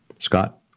Scott